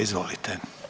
Izvolite.